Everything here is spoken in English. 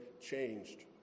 changed